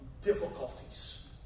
difficulties